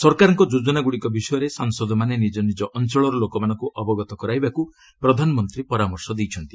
ସରକାରଙ୍କ ଯୋଜନାଗୁଡ଼ିକ ବିଷୟରେ ସାଂସଦମାନେ ନିଜ ନିଜ ଅଞ୍ଚଳର ଲୋକମାନଙ୍କୁ ଅବଗତ କରାଇବାକୁ ପ୍ରଧାନମନ୍ତ୍ରୀ ପରାମର୍ଶ ଦେଇଛନ୍ତି